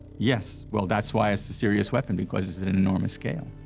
yes, well, that's why it's a serious weapon, because it's an enormous scale.